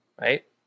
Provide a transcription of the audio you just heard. right